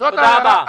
תודה רבה.